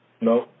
No